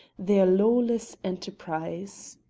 their lawless enterprise.